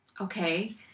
Okay